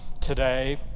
Today